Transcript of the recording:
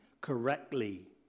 correctly